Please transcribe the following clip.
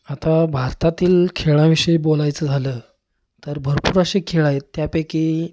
आता भारतातील खेळाविषयी बोलायचं झालं तर भरपूर असे खेळ आहेत त्यापैकी